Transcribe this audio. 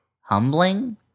humbling